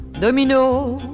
Domino